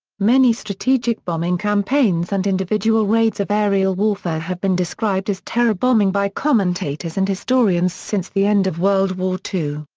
many strategic bombing campaigns and individual raids of aerial warfare have been described as terror bombing by commentators and historians since the end of world war ii,